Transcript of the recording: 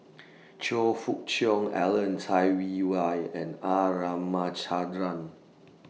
Choe Fook Cheong Alan Cai Wei Why and R Ramachandran